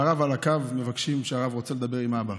והרב על הקו, מבקשים, הרב רוצה לדבר עם אבא.